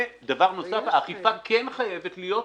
דבר נוסף, האכיפה כן חייבת להיות פומבית.